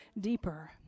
deeper